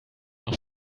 noch